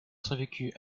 survécut